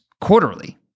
quarterly